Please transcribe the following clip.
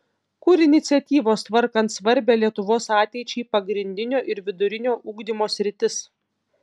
kur iniciatyvos tvarkant svarbią lietuvos ateičiai pagrindinio ir vidurinio ugdymo sritis